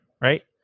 right